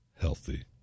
healthy